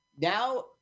now